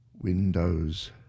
Windows